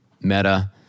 Meta